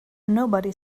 nobody